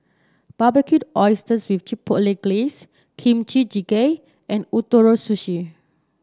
Barbecued Oysters with Chipotle Glaze Kimchi Jjigae and Ootoro Sushi